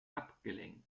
abgelenkt